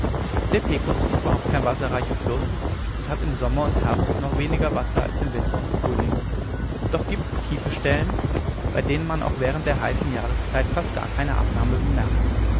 der pecos ist überhaupt kein wasserreicher fluß und hat im sommer und herbste noch weniger wasser als im winter und frühling doch gibt es tiefe stellen bei denen man auch während der heißen jahreszeit fast gar keine abnahme bemerkt